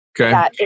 Okay